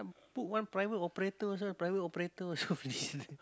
put one private operator also private operator also missing